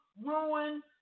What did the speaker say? ruin